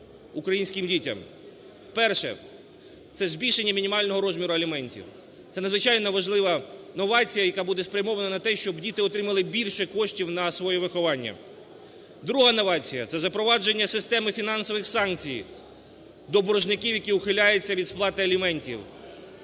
українським дітям. Перше – це збільшення мінімального розміру аліментів. Це надзвичайно важлива новація, яка буде спрямована на те, щоб діти отримали більше коштів на своє виховання. Друга новація – це запровадження системи фінансових санкцій до боржників, які ухиляються від сплати аліментів.